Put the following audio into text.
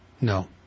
No